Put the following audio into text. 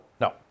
No